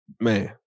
Man